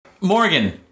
Morgan